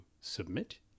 submit